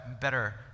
better